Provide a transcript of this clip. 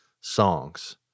songs